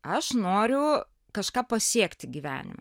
aš noriu kažką pasiekti gyvenime